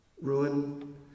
Ruin